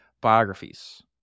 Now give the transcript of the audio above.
biographies